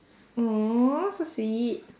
!aww! so sweet